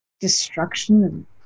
destruction